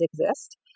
exist